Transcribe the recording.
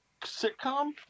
sitcom